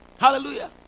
Hallelujah